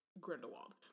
Grindelwald